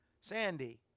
Sandy